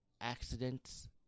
accidents